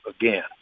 again